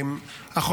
סדר-היום: